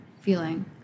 feeling